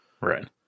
Right